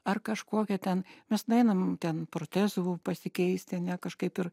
ar kažkokia ten mes nueinam ten protezų pasikeisti ane kažkaip ir